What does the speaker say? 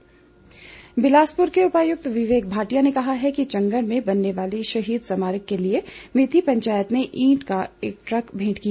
विवेक भाटिया बिलासपुर के उपायुक्त विवेक भाटिया ने कहा है कि चंगर में बनने वाले शहीद स्मारक के लिए मैथी पंचायत ने ईंट का एक ट्रक भेंट किया